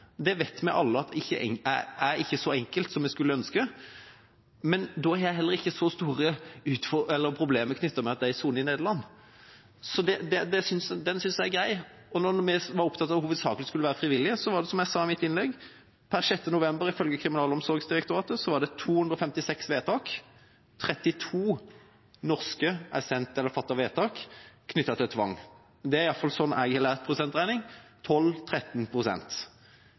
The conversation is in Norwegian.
Det vet vi alle ikke er så enkelt som vi skulle ønske, men da har jeg heller ikke så store problemer med at de soner i Nederland. Det synes jeg er greit. Når vi var opptatt av at det hovedsakelig skulle være frivillig, var det – som jeg sa i mitt innlegg – ifølge Kriminalomsorgsdirektoratet per 6. november 2015 256 vedtak, og det er fattet 32 vedtak om tvang knyttet til norske fanger. Det er 12–13 pst., i alle fall slik jeg har lært prosentregning.